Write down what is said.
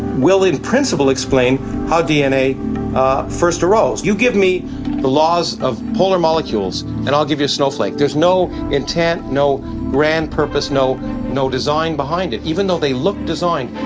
will, in principle, explain how dna first arose. you give me the laws of polar molecules and i'll give you a snowflake. there's no intent, no grand purpose, no no design behind it, even though they look designed.